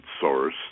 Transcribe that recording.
source